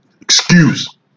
Excuse